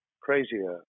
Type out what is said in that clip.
crazier